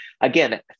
Again